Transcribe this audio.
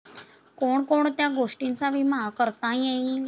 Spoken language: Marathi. कोण कोणत्या गोष्टींचा विमा करता येईल?